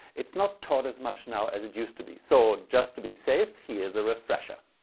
it's not taught as much now as it used to be. so just to be safe here is a refresher.